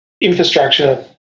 infrastructure